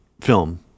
film